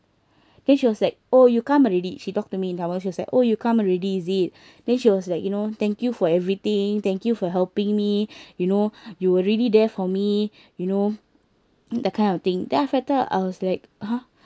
then she was like oh you come already she talked to me in tamil she was like oh you come already is it then she was like you know thank you for everything thank you for helping me you know you were really there for me you know that kind of thing then after th~ I was like !huh!